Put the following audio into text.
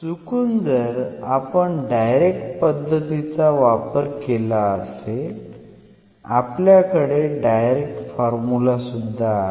चुकून जर आपण डायरेक्ट पद्धतीचा वापर केला असेल आपल्याकडे डायरेक्ट फॉर्मुला सुद्धा आहे